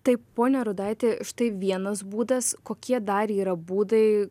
tai pone rudaiti štai vienas būdas kokie dar yra būdai